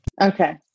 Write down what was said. okay